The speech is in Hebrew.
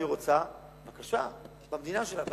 אם היא רוצה, בבקשה, במדינה שלה.